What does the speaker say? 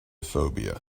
phobia